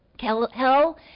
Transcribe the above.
Hell